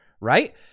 right